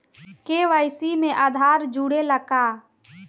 KYC में आधार जुड़े ला का?